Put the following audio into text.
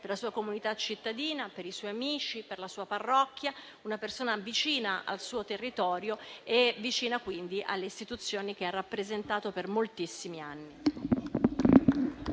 per la sua comunità cittadina, per i suoi amici, per la sua parrocchia. Una persona vicina al suo territorio e vicina alle istituzioni, che ha rappresentato per moltissimi anni.